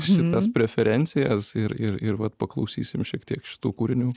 šitas preferencijas ir ir ir vat paklausysim šiek tiek šitų kūrinių